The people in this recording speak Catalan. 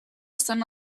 estan